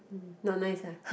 hmm not nice ah